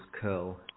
curl